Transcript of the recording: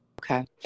Okay